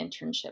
internship